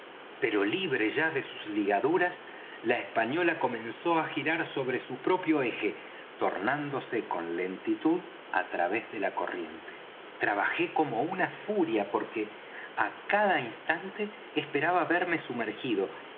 pero libre ya de sus ligaduras la española comenzó á girar sobre su propio eje tornándose con lentitud á través de la corriente trabajé como una furia porque á cada instante esperaba verme sumergido